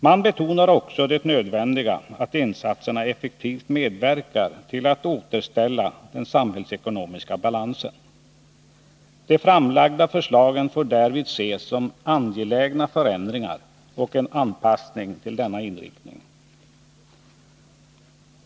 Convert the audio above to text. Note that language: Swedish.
Man betonar också det nödvändiga i att insatserna effektivt medverkar till att återställa den samhällsekonomiska balansen. De framlagda förslagen får därvid ses som angelägna förändringar och som en anpassning till denna inriktning.